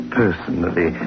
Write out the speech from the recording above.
personally